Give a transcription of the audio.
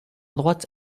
droite